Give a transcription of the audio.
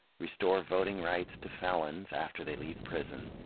restore voting rights to felons after they leave prison,